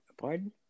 Pardon